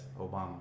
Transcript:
Obama